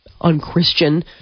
unchristian